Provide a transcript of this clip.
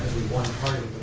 want to partner